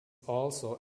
also